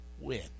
win